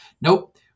nope